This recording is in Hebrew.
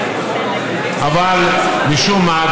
אבל משום מה,